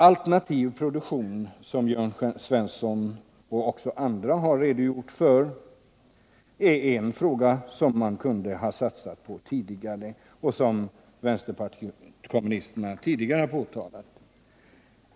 Alternativ produktion, som Jörn Svensson och även andra har talat om, är en sak som man kunde ha satsat på tidigare och som vänsterpartiet kommunisterna förut har fört fram.